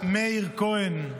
חבר הכנסת מאיר כהן,